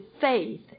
faith